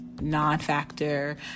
Non-factor